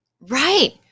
Right